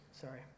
Sorry